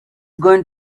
going